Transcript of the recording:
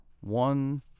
one